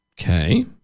okay